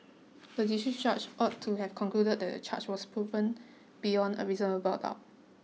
the district judge ought to have concluded that the charge was proved beyond a reasonable doubt